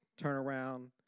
turnaround